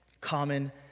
common